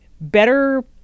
better